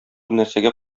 нәрсәгә